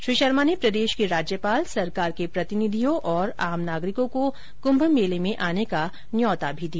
श्री शर्मा ने प्रदेश के राज्यपाल सरकार के प्रतिनिधियों और आम नागरिकों को कुम्भ मेले में आने का न्योता भी दिया